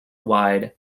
wide